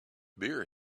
beer